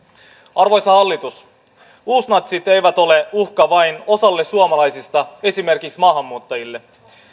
arvoisa hallitus uusnatsit eivät ole uhka vain osalle suomalaisista esimerkiksi maahanmuuttajille